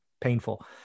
painful